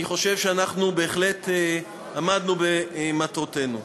אני חושב שאנחנו בהחלט עמדנו במטרותינו.